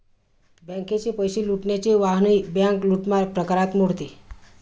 बँकेचे पैसे लुटण्याचे वाहनही बँक लूटमार प्रकारात मोडते